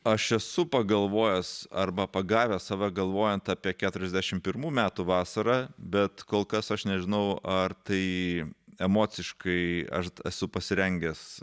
aš esu pagalvojęs arba pagavęs save galvojant apie keturiasdešimt pirmų metų vasarą bet kol kas aš nežinau ar tai emociškai aš esu pasirengęs